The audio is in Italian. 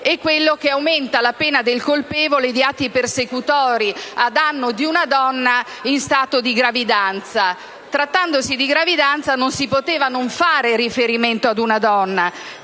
è quello che aumenta la pena del colpevole di atti persecutori a danno di una donna in stato di gravidanza. Trattandosi di gravidanza, non si poteva non fare riferimento ad una donna!